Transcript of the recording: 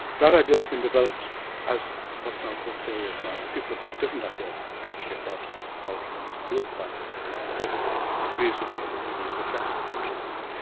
that idea has been developed as what's now called theory of mind. people have got different ideas actually about how humans do acquire theory of mind. not everybody agrees with me that we need reflexive consciousness,